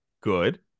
Good